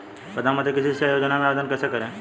प्रधानमंत्री कृषि सिंचाई योजना में आवेदन कैसे करें?